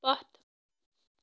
پَتھ